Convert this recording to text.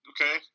Okay